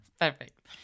Perfect